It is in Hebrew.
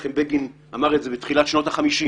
מנחם בגין אמר את זה בתחילת שנות ה-50.